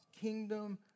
Kingdom